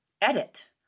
edit